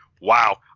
Wow